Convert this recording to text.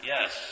Yes